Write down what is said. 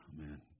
Amen